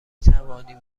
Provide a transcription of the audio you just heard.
توانیم